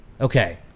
okay